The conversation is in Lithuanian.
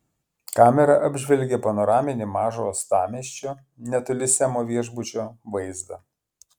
kamera apžvelgė panoraminį mažo uostamiesčio netoli semo viešbučio vaizdą